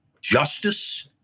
justice